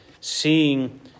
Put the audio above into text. seeing